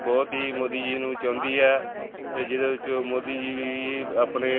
ਬਹੁਤ ਹੀ ਮੋਦੀ ਜੀ ਨੂੰ ਚਾਹੁੰਦੀ ਹੈ ਅਤੇ ਜਿਹਦੇ ਵਿੱਚੋਂ ਮੋਦੀ ਜੀ ਵੀ ਆਪਣੇ